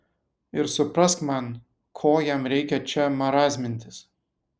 ir suprask man ko jam reikia čia marazmintis